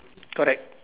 correct